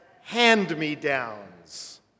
hand-me-downs